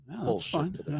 bullshit